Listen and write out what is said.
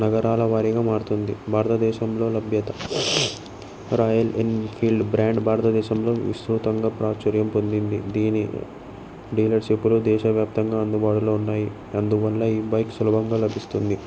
నగరాల వారిగా మారుతుంది భారతదేశంలో లభ్యత రాయల్ ఎన్ఫీల్డ్ బ్రాండ్ భారతదేశంలో విస్త్రృతంగా ప్రాచుర్యం పొందింది దీని డీలర్షిప్లు దేశవ్యాప్తంగా అందుబాటులో ఉన్నాయి అందువల్ల ఈ బైక్ సులభంగా లభిస్తుంది